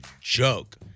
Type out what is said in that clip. joke